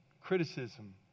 criticism